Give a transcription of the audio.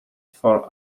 for